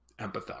empathize